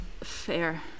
Fair